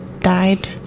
died